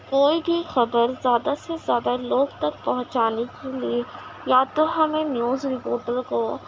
کوٮٔی کی خبر زیادہ سے زیادہ لوگ تک پہچانے کے لیے یا تو ہمیں نیوز رپورٹر کو